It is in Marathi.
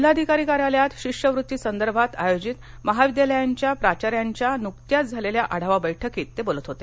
जिल्हाधिकारी कार्यालयात शिष्यवृत्तीसंदर्भात आयोजित महाविद्यालयांच्या प्राचार्यांच्या नुकत्याच झालेल्या आढावा बैठकीत ते बोलत होते